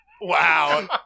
Wow